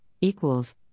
equals